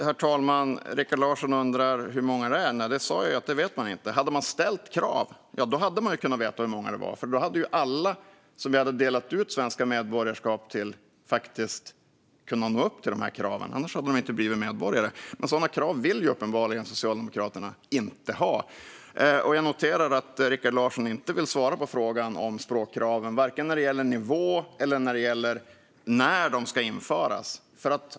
Herr talman! Rikard Larsson undrar hur många det är. Jag sa ju att det vet man inte. Hade man ställt krav hade man kunnat veta hur många det är, för då hade alla som man delat ut svenska medborgarskap till kunnat nå upp till de kraven. Annars hade de inte blivit medborgare. Men sådana krav vill Socialdemokraterna uppenbarligen inte ha. Jag noterar att Rikard Larsson inte vill svara på frågan om språkkraven, varken när det gäller nivå eller när det gäller när de ska införas.